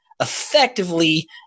effectively